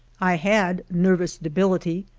i had nervous debility,